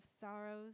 sorrows